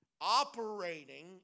operating